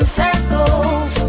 circles